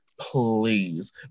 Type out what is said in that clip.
please